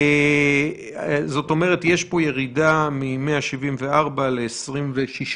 זאת אומרת, יש פה ירידה מ-174 ל-26.